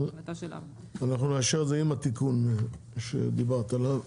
אנחנו נאשר את זה עם התיקון שדיברת עליו.